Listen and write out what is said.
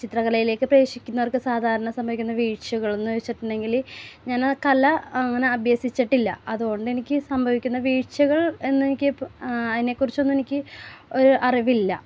ചിത്രകലയിലേക്ക് പ്രവേശിക്കുന്നവർക്ക് സാധാരണ സംഭവിക്കുന്ന വീഴ്ചകളെന്ന് വെച്ചിട്ടുണ്ടെങ്കിൽ ഞാൻ കല അങ്ങനെ അഭ്യസിച്ചിട്ടില്ല അത്കൊണ്ട് എനിക്ക് സംഭവിക്കുന്ന വീഴ്ചകൾ എന്ന് എനിക്ക് പ് അതിനെ കുറിച്ചൊന്നും എനിക്ക് ഒരു അറിവില്ല